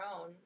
own